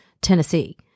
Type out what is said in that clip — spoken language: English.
Tennessee